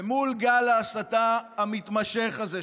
ומול גל ההסתה המתמשך הזה,